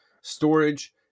storage